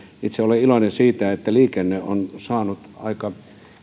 itse olen iloinen siitä että liikenne on saanut